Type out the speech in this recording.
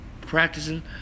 practicing